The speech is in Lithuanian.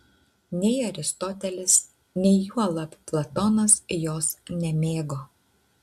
nei aristotelis nei juolab platonas jos nemėgo